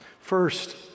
First